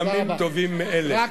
לימים טובים מאלה.